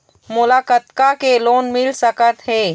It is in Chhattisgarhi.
मोला कतका के लोन मिल सकत हे?